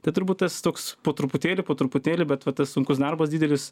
tai turbūt tas toks po truputėlį po truputėlį bet va tas sunkus darbas didelis